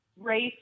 race